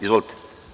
Izvolite.